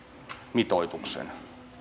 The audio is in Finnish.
mitoituksen